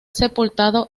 sepultado